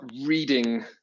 reading